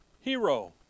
hero